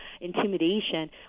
intimidation